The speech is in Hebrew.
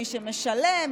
מי שמשלם,